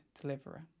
deliverer